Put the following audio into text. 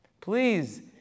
please